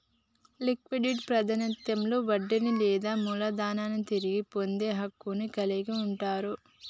liquidate ప్రాధాన్యతలో వడ్డీని లేదా మూలధనాన్ని తిరిగి పొందే హక్కును కలిగి ఉంటరు